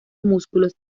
músculos